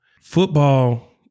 Football